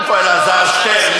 איפה אלעזר שטרן,